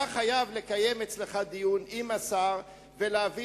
אתה חייב לקיים אצלך דיון עם השר ולהביא